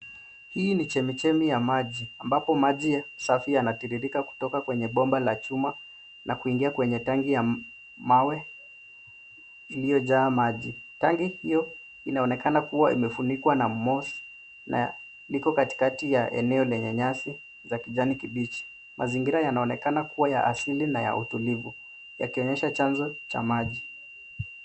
Hii ni chemi chemi ya maji ambapo maji safi yanatiririka kutoka kwenye bomba la chuma na kuingia kwenye tanki ya mawe iliojaa maji. Tanki hiyo inaonekana kuwa imefunikwa na moss na iko katikati ya eneo lenye nyasi za kijani kibichi. Mazingira yanaonekana kuwa ya asili na utulivu ikionyesha nyanjo cha maji.